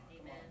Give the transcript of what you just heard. Amen